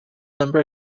number